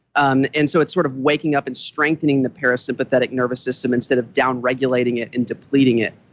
um and so it's sort of waking up and strengthening the parasympathetic nervous system instead of downregulating it and depleting it,